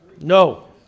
No